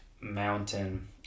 Mountain